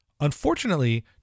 Unfortunately